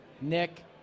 Nick